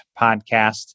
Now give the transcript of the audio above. podcast